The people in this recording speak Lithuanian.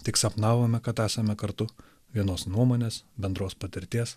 tik sapnavome kad esame kartu vienos nuomonės bendros patirties